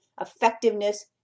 effectiveness